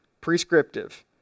Prescriptive